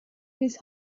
his